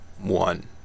one